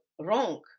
wrong